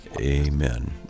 Amen